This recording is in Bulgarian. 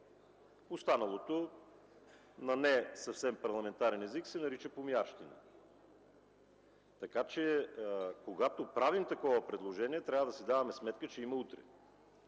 Останалото на не съвсем парламентарен език се нарича помиярщина. Когато правим такова предложение трябва да си даваме сметка, че има утре.